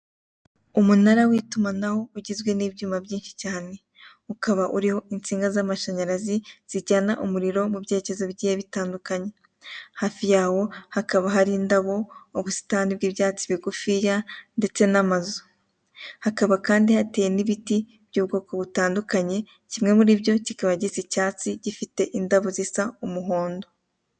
Umunara w'itumanaho ugizwe n'ibyuma byinshi cyane, ukaba uriho insinga z'amashanyarazi zijyana umuriro mu byerekezo bigiye bitandukanye. Hafi yawo hakaba hari indabo ubusitani bw'ibyatsi bigufiya ndetse n'amazu, hakaba kandi hateye n'ibiti bitandukanye kumwe muribyo cyikaba gisa icyatsi ndetse gifite indabo zisa umuhondo.